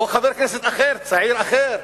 או חבר כנסת אחר, צעיר אחר,